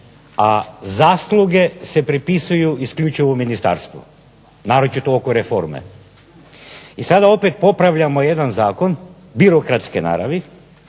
a zasluge se pripisuju isključivo Ministarstvu, naročito oko reforme. Sada opet popravljamo jedan zakon birokratske naravi,